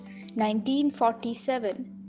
1947